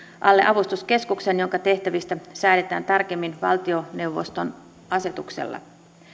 alle avustuskeskukseen jonka tehtävistä säädetään tarkemmin valtioneuvoston asetuksella